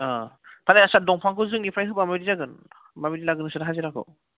आरो आस्सा दंफांखौ जोंनिफ्राय होब्ला माबायदि जागोन माबायदि लागोन नोंसोर हाजिराखौ